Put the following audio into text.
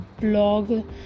blog